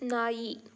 ನಾಯಿ